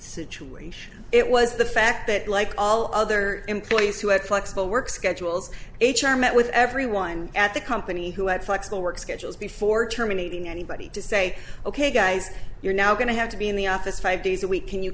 situation it was the fact that like all other employees who had flexible work schedules h r met with everyone at the company who had flexible work schedules before terminating anybody to say ok guys you're now going to have to be in the office five days a week can you